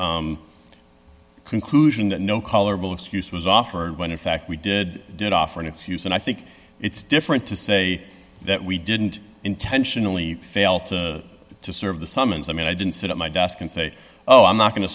pillows conclusion that no color will excuse was offered when in fact we did did offer an excuse and i think it's different to say that we didn't intentionally fail to serve the summons i mean i didn't sit at my desk and say oh i'm not going to